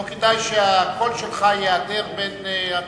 לא כדאי שהקול שלך ייעדר בין התומכים.